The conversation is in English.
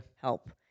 help